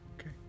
okay